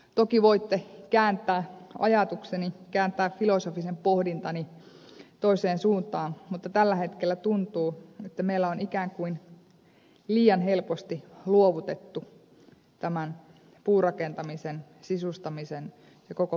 toki voitte kääntää ajatukseni kääntää filosofisen pohdintani toiseen suuntaan mutta tällä hetkellä tuntuu että meillä on ikään kuin liian helposti luovutettu tämän puurakentamisen sisustamisen ja koko puuteknologiapuolen asiat